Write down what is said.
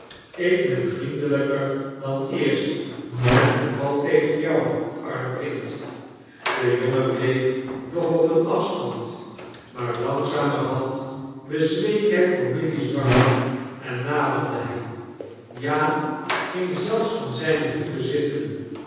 ik ben vriendelijker dan eerst en vooral tegen jou arm kind de jongen bleef nog op een afstand maar langzamerhand bezweek hij voor milly's drang en naderde hem ja ging zelfs aan zijne voeten zitten